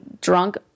drunk